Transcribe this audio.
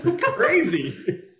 crazy